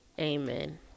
Amen